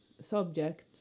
subject